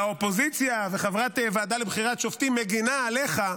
והאופוזיציה וחברת הוועדה לבחירת שופטים מגינה עליך,